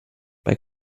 bei